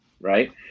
Right